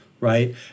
right